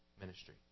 ministry